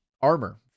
armor